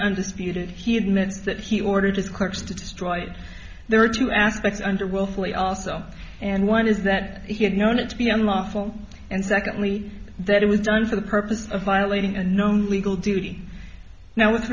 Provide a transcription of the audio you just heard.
undisputed he admits that he ordered his corpse to destroy it there are two aspects under willfully also and one is that he had no and it to be unlawful and secondly that it was done for the purpose of violating a known legal duty now with